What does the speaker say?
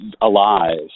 alive